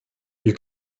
you